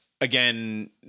again